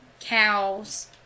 cows